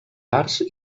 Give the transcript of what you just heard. arts